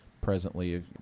presently